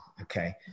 okay